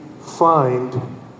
find